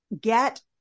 get